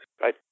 right